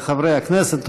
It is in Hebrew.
לחברי הכנסת.